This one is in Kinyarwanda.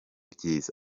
byiza